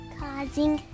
causing